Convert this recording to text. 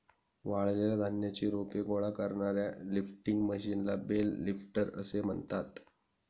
वाळलेल्या धान्याची रोपे गोळा करणाऱ्या लिफ्टिंग मशीनला बेल लिफ्टर असे म्हणतात